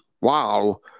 wow